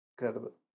Incredible